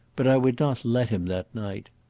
but i would not let him that night.